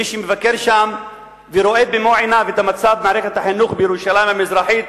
מי שמבקר שם ורואה במו-עיניו את המצב במערכת החינוך בירושלים המזרחית,